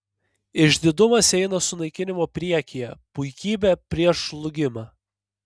išdidumas eina sunaikinimo priekyje puikybė prieš žlugimą